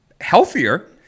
healthier